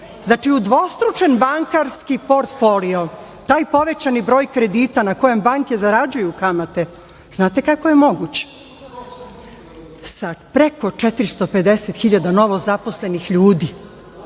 znači, udvostručen bankarski portfolio, taj povećani broj kredita na kojem banke zarađuju kamate, znate kako je moguć? Sa preko 450.000 novozaposlenih ljudi